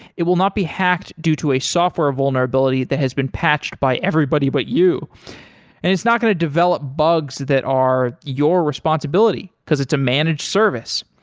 it will not be hacked due to a software vulnerability that has been patched by everybody but you and it's not going to develop bugs that are your responsibility, because it's a managed service.